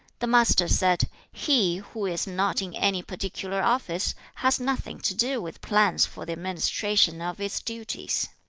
the master said, he who is not in any particular office, has nothing to do with plans for the administration of its duties